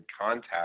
contact